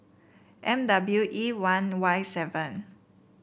M W E one Y seven